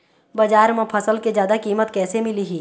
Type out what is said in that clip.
बजार म फसल के जादा कीमत कैसे मिलही?